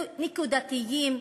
נקודתיים,